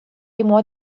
émoi